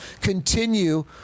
continue